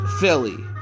Philly